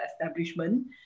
establishment